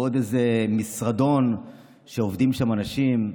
בעוד איזה משרדון שעובדים שם אנשים.